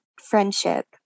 friendship